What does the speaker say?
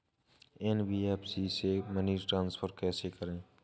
NBFC से money transfer कैसे करें?